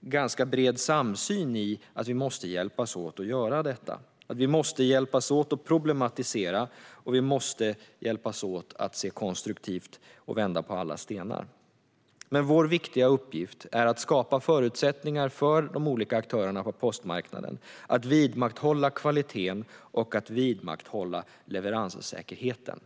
ganska bred samsyn i fråga om att vi måste hjälpas åt att göra detta. Vi måste hjälpas åt att problematisera, och vi måste hjälpas åt att se konstruktivt och vända på alla stenar. Men vår viktiga uppgift är att skapa förutsättningar för de olika aktörerna på postmarknaden att vidmakthålla kvaliteten och leveranssäkerheten.